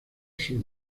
sus